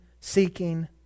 seeking